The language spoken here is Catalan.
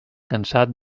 cansat